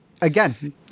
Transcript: again